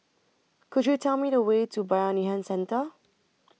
Could YOU Tell Me The Way to Bayanihan Centre